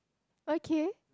okay